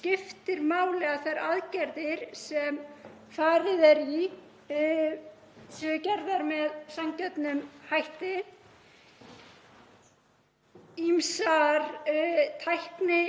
skiptir máli að þær aðgerðir sem farið er í séu gerðar með sanngjörnum hætti. Ýmsar